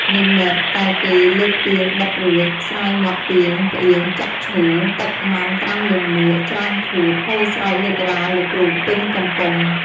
និមិត្ត តែគេលើកពាងបិទរួច ស្រាយមាត់ពាងផ្អៀងចាក់ឈូ "ទឹកម៉ាំត្រាំលាមកច្រើនខួប" ហូរស្រោចលើក្បាលលោកគ្រូពេញកំពុង។